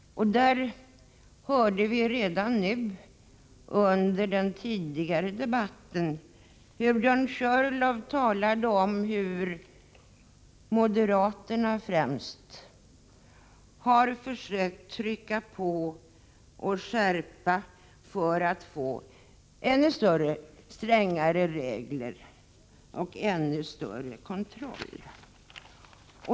Vi har redan under denna debatt hört hur Björn Körlof talat om att främst moderaterna har försökt trycka på för att få till stånd ännu strängare regler och ännu större kontroll.